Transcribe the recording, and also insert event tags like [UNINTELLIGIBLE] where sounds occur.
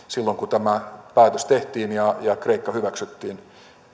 [UNINTELLIGIBLE] silloin kun tämä päätös tehtiin ja ja kreikka hyväksyttiin